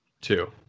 Two